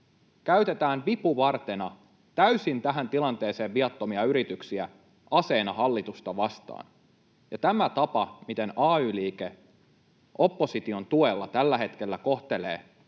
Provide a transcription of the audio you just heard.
Käytetään vipuvartena tähän tilanteeseen täysin viattomia yrityksiä, aseena hallitusta vastaan. Ja tämä tapa, miten ay-liike opposition tuella tällä hetkellä kohtelee